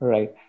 Right